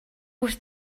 was